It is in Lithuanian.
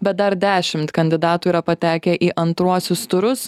bet dar dešimt kandidatų yra patekę į antruosius turus